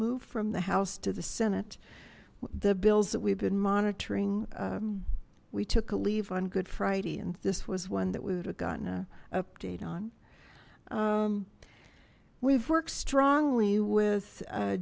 moved from the house to the senate the bills that we've been monitoring we took a leave on good friday and this was one that we would have gotten a update on we've worked strongly with